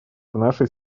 нашей